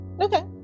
okay